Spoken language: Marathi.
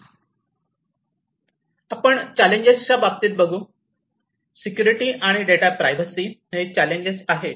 तर चालेंजेस च्या बाबतीत बघू सिक्युरिटी आणि डेटा प्रायव्हसी हे चॅलेंजेस आहेत